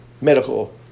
medical